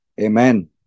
Amen